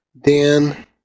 Dan